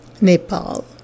Nepal